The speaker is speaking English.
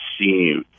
see